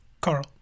Carl